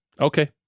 Okay